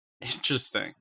Interesting